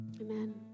Amen